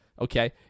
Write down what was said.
Okay